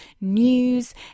news